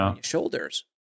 shoulders